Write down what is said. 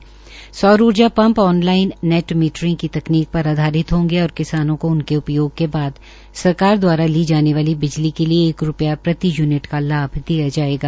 उन्होंने कहा कि सौर ऊर्जा पंप ऑनलाइन नेट मीटरिंग की तकनीक पर आधारित होंगे और किसानों को उनके उपयोग के बाद सरकार दवारा ली जाने बिजली के लिए एक रूपया प्रति युनिट का लाभ दिया जायेगा